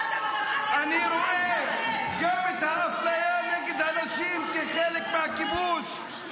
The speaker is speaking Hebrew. שלנו ----- אני רואה גם את האפליה כנגד הנשים כחלק מהכיבוש,